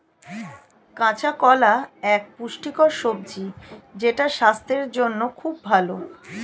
কাঁচা কলা এক পুষ্টিকর সবজি যেটা স্বাস্থ্যের জন্যে খুব ভালো